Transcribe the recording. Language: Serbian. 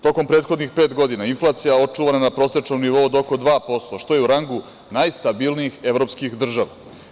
Tokom prethodnih pet godina inflacija je očuvana na prosečnom nivou od oko 2% što je u rangu najstabilnijih evropskih država.